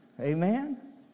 Amen